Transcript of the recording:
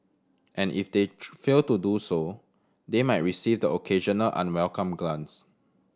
and if they fail to do so they might receive the occasional unwelcome glance